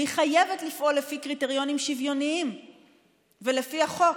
והיא חייבת לפעול לפי קריטריונים שוויוניים ולפי החוק,